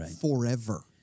forever